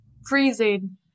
freezing